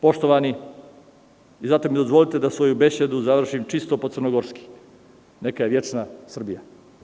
Poštovani, dozvolite mi da svoju besedu završim čisto po crnogorski – neka je večna Srbija.